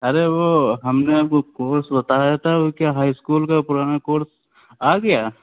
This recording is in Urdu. ارے وہ ہم نے آپ کو کورس بتایا تھا وہ کیا ہائی اسکول کا پرانا کورس آ گیا